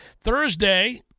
Thursday